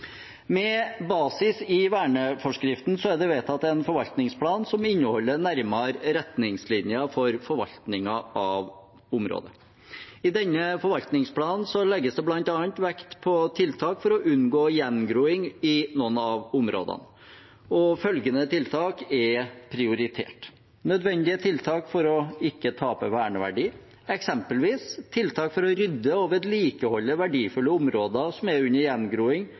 Med basis i verneforskriften er det vedtatt en forvaltningsplan som inneholder nærmere retningslinjer for forvaltningen av området. I denne forvaltningsplanen legges det bl.a. vekt på tiltak for å unngå gjengroing i noen av områdene. Følgende tiltak er prioritert: nødvendige tiltak for ikke å tape verneverdi, eksempelvis tiltak for å rydde og vedlikeholde verdifulle områder som er under gjengroing,